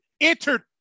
entered